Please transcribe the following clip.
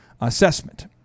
assessment